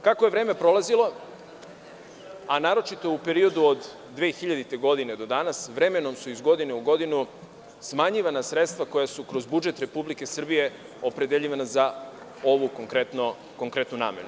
Kako je vreme prolazilo, a naročito u periodu od 2000. godine do danas, vremenom su, iz godine u godinu, smanjivana sredstva koja su kroz budžet Republike Srbije opredeljivana za konkretno ovu namenu.